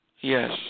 yes